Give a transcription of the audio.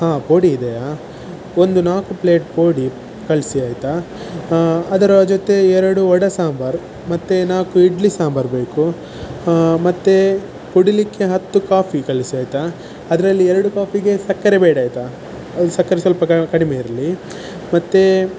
ಹಾಂ ಪೋಡಿ ಇದೆಯಾ ಒಂದು ನಾಲ್ಕು ಪ್ಲೇಟ್ ಪೋಡಿ ಕಳಿಸಿ ಆಯಿತಾ ಅದರ ಜೊತೆ ಎರಡು ವಡೆ ಸಾಂಬಾರು ಮತ್ತು ನಾಲ್ಕು ಇಡ್ಲಿ ಸಾಂಬಾರು ಬೇಕು ಮತ್ತು ಕುಡಿಯಲಿಕ್ಕೆ ಹತ್ತು ಕಾಫಿ ಕಳಿಸಿ ಆಯಿತಾ ಅದರಲ್ಲಿ ಎರಡು ಕಾಫಿಗೆ ಸಕ್ಕರೆ ಬೇಡ ಆಯಿತಾ ಹೌದು ಸಕ್ಕರೆ ಸ್ವಲ್ಪ ಕ ಕಡಿಮೆ ಇರಲಿ ಮತ್ತು